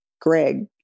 Greg